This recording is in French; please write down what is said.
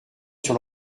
sur